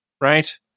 right